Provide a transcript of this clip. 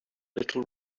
little